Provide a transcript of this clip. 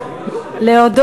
להודות.